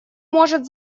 может